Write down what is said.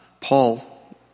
Paul